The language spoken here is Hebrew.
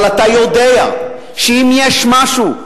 אבל אתה יודע שאם יש משהו,